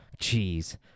Jeez